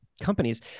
companies